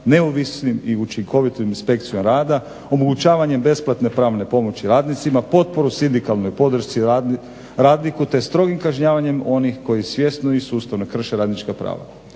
neovisnim i učinkovitom inspekcijom rada, omogućavanjem besplatne pravne pomoći radnicima, potporu sindikalnoj podršci, radniku te strogim kažnjavanjem onih koji svjesno i sustavno krše radnička prava."